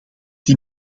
die